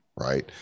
Right